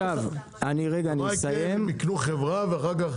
אני רגע אני אסיים -- ומה יקרה אם הם יקנו חברה ואחר כך